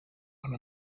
one